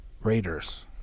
Raiders